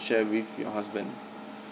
share with your husband